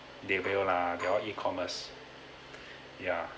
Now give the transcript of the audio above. they will lah they all E commerce ya